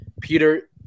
Peter